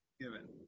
given